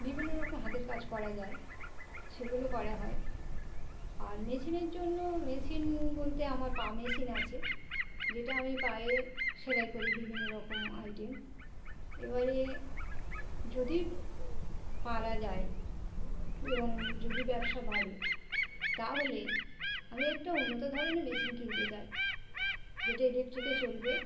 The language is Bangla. বিভিন্ন রকম হাতের কাজ করা যায় সেগুলো করা হয় আর মেশিনের জন্য মেশিন বলতে আমার পা মেশিন আছে যেটা আমি পায়ে সেলাই করি বিভিন্ন রকম আইটেম এবারে যদি পারা যায় এবং যদি ব্যবসা বাড়ে তাহলে আমি একটা উন্নত ধরনের মেশিন কিনতে চাই যেটা ইলেকট্রিকে চলবে